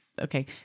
okay